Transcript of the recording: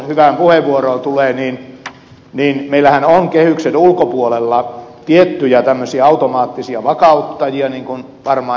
pulliaisen hyvään puheenvuoroon tulee niin meillähän on kehyksen ulkopuolella tiettyjä tämmöisiä automaattisia vakauttajia niin kuin varmaan ed